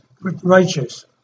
righteous